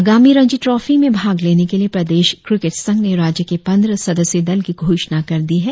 आगामी रणजी ट्रॉफी मे भाग लेने के लिए प्रदेश क्रिकेट संघ ने राज्य के पंद्रह सदस्यी दल की घोषणा कर दी है